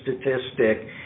statistic